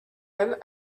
rome